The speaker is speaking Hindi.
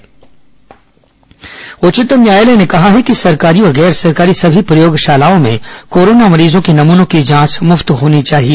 कोरोना सुप्रीम कोर्ट उच्चतम न्यायालय ने कहा है कि सरकारी और गैर सरकारी सभी प्रयोगशालाओं में कोरोना मरीजों को नमूनों की जांच मुफ्त होनी चाहिए